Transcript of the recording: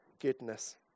goodness